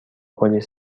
پلیس